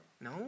No